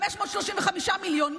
535 מיליון,